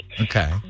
Okay